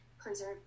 preserve